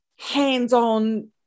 hands-on